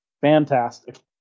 Fantastic